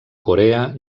corea